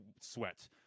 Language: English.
sweat